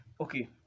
okay